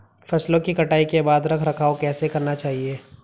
फसलों की कटाई के बाद रख रखाव कैसे करना चाहिये?